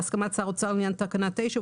בהסכמת שר האוצר לעניין תקנה 9,